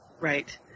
Right